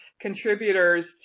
contributors